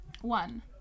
One